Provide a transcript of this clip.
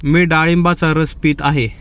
मी डाळिंबाचा रस पीत आहे